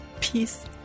Peace